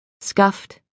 scuffed